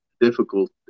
difficult